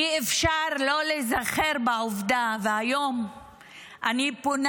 אי-אפשר שלא להיזכר בעובדה, היום אני פונה